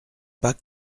pas